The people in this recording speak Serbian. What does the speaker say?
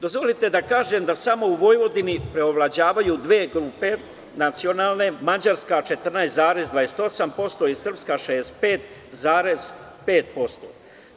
Dozvolite da kažem da samo u Vojvodini preovlađavaju dve grupe nacionalne – mađarska 14,28% i srpska 65,5%